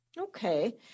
Okay